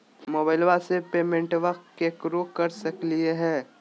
मोबाइलबा से पेमेंटबा केकरो कर सकलिए है?